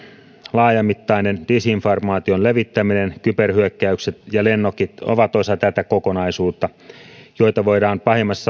laajamittainen disinformaation levittäminen kyberhyökkäykset ja lennokit ovat osa tätä kokonaisuutta ja niitä voidaan